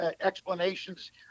explanations